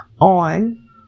on